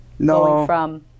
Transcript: No